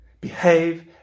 behave